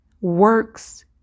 works